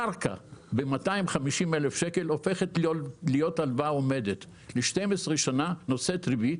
הקרקע ב-250,000 שקל הופכת להלוואה עומדת עבורו ל-12 שנה הנושאת ריבית